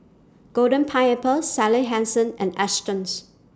Golden Pineapple Sally Hansen and Astons